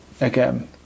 again